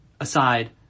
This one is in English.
aside